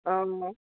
অঁ